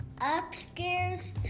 upstairs